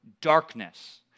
darkness